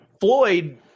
Floyd